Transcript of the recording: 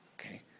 Okay